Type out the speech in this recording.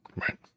Right